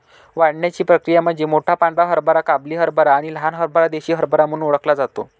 वाढण्याची प्रक्रिया म्हणजे मोठा पांढरा हरभरा काबुली हरभरा आणि लहान हरभरा देसी हरभरा म्हणून ओळखला जातो